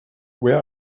where